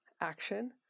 action